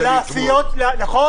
לעשיות --- למה?